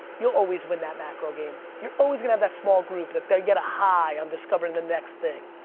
you'll always win that macro game. you're always gonna have that small group that they get a high on discovering the next thing.